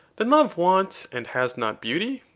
then love wants and has not beauty?